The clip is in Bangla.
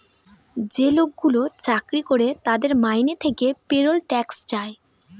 যে লোকগুলো চাকরি করে তাদের মাইনে থেকে পেরোল ট্যাক্স যায়